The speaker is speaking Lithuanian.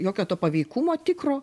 jokio to paveikumo tikro